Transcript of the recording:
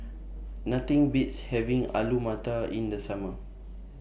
Nothing Beats having Alu Matar in The Summer